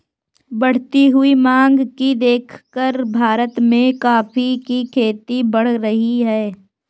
बढ़ती हुई मांग को देखकर भारत में कॉफी की खेती बढ़ रही है